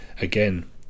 again